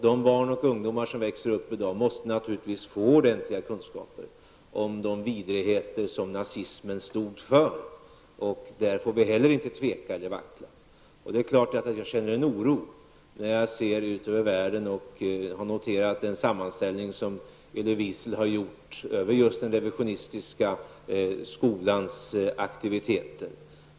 De barn och ungdomar som växer upp i dag måste naturligtvis få ordentliga kunskaper om de vidrigheter som nazismen stod för. Där får vi heller inte tveka eller vackla. Det är klart att jag känner oro när jag ser ut över världen och när jag har noterat den sammanställning som Elie Wiesel har gjort över just den revisionistiska skolans aktiviteter.